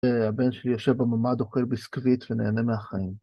והבן שלי יושב בממ"ד, אוכל ביסקוויט ונהנה מהחיים.